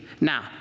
Now